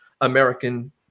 American